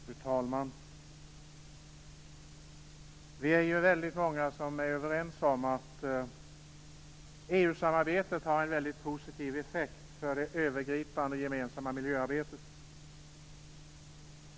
Fru talman! Vi är väldigt många som är överens om att EU-samarbetet har en mycket positiv effekt för det övergripande gemensamma miljöarbetet.